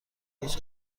هیچ